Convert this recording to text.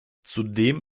zudem